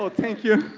ah thank you.